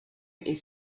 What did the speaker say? est